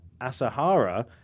Asahara